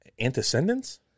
antecedents